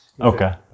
Okay